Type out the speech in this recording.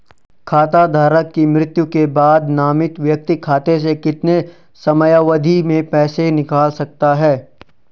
खाता धारक की मृत्यु के बाद नामित व्यक्ति खाते से कितने समयावधि में पैसे निकाल सकता है?